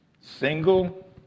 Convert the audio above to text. Single